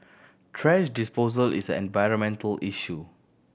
thrash disposal is an environmental issue